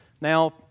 Now